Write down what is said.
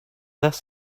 this